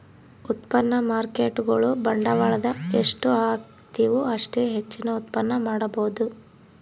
ಉತ್ಪನ್ನ ಮಾರ್ಕೇಟ್ಗುಳು ಬಂಡವಾಳದ ಎಷ್ಟು ಹಾಕ್ತಿವು ಅಷ್ಟೇ ಹೆಚ್ಚಿನ ಉತ್ಪನ್ನ ಮಾಡಬೊದು